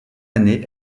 année